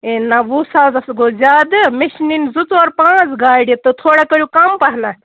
A نہَ وُہ ساس ہسا گوٚو زیادٕ مےٚ چھِ نِنۍ زٕ ژور پانٛژھ گاڑِ تہٕ تھوڑا کٔرِو کَم پَہم